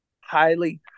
highly